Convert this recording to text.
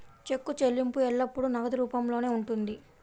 చెక్కు చెల్లింపు ఎల్లప్పుడూ నగదు రూపంలోనే ఉంటుంది